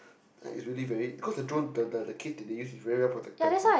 like it's really very cause the drone the the case that they use is very well protected